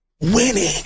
Winning